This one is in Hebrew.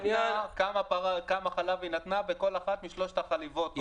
כמה חלב כל פרה נתנה בכל אחת משלוש החליבות.